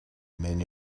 many